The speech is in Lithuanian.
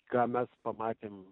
ką mes pamatėme